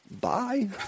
Bye